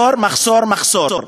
מחסור, מחסור, מחסור.